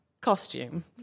costume